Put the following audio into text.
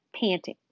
panting